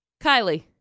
Kylie